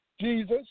Jesus